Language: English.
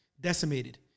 decimated